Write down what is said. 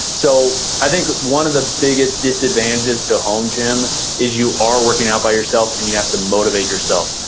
so i think one of the biggest disadvantages to home gym is you are working out by yourself and you have to motivate yourself.